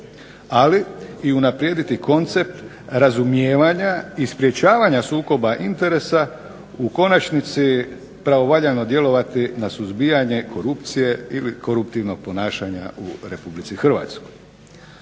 ali i unaprijediti koncept razumijevanja i sprječavanja sukoba interesa u konačnici pravovaljano djelovati na suzbijanje korupcije ili koruptivnog ponašanja u Republici Hrvatskoj.